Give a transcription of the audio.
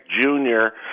Junior